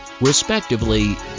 respectively